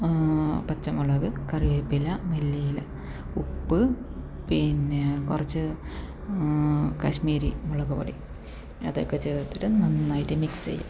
പച്ചമുളക് കറിവേപ്പില മല്ലിയില ഉപ്പ് പിന്നെ കുറച്ച് കാശ്മീരി മുളകുപൊടി അതൊക്കെ ചേർത്തിട്ട് നന്നായി മിക്സ് ചെയ്യുക